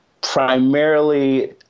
primarily